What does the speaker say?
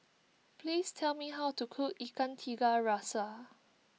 please tell me how to cook Ikan Tiga Rasa